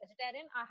vegetarian